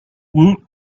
woot